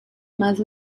mais